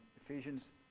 Ephesians